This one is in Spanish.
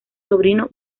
sobrino